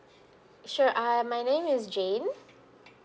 sure err my name is jane